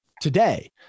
today